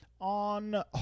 On